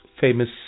famous